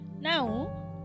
Now